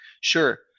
sure